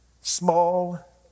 small